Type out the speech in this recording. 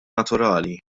naturali